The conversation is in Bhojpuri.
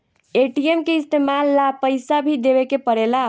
ए.टी.एम के इस्तमाल ला पइसा भी देवे के पड़ेला